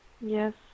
Yes